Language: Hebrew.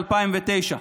(תיקון,